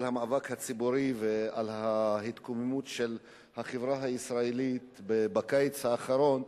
על המאבק הציבורי ועל ההתקוממות של החברה הישראלית בקיץ האחרון,